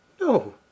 No